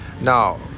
now